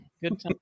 Good